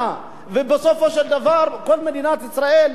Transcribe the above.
ובסופו של דבר כל מדינת ישראל,